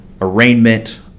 arraignment